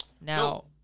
Now